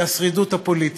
הוא השרידות הפוליטית,